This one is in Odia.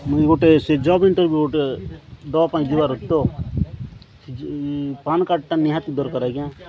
ମୁଇଁ ଗୋଟେ ସେ ଜବ୍ ଇଣ୍ଟରଭି୍ୟୁ ଗୋଟେ ଦେବା ପାଇଁ ଯିବାର ଅଛି ତ ପାନ୍ କାର୍ଡ଼୍ଟା ନିହାତି ଦରକାର ଆଜ୍ଞା